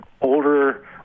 older